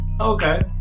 Okay